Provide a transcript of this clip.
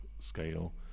scale